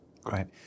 Great